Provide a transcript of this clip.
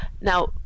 Now